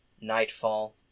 nightfall